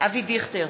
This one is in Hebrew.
אבי דיכטר,